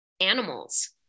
animals